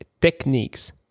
techniques